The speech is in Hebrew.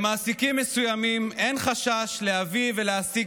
למעסיקים מסוימים אין חשש להביא ולהעסיק